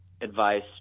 advice